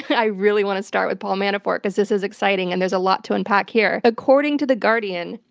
i really want to start with paul manafort, because this is exciting and there's a lot to unpack here. according to the guardian,